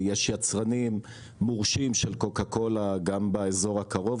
יש יצרנים מורשים של קוקה קולה גם באזור הקרוב